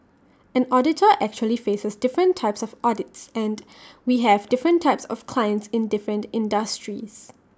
an auditor actually faces different types of audits and we have different types of clients in different industries